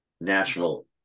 national